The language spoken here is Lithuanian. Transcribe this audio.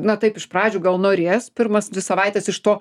na taip iš pradžių gal norės pirmas dvi savaites iš to